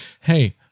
hey